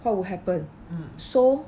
what will happen so